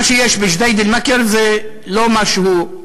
מה שיש בג'דיידה מכר זה לא משהו,